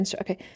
okay